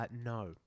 No